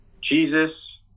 Jesus